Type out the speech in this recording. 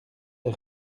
les